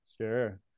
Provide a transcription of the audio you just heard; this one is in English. Sure